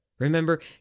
Remember